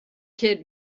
kid